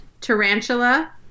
Tarantula